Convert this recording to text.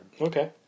Okay